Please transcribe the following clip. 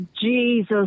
Jesus